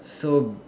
so